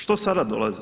Što sada dolazi?